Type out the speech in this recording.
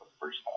first